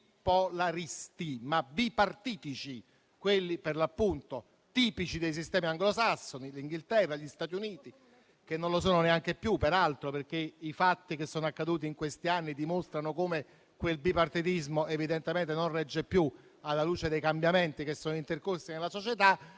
bipolaristi, ma bipartitici, quelli per l'appunto tipici dei sistemi anglosassoni come il Regno Unito e gli Stati Uniti, che non lo sono neanche più, peraltro, perché i fatti che sono accaduti in questi anni dimostrano come quel bipartitismo evidentemente non regge più alla luce dei cambiamenti che sono intercorsi nella società.